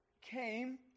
came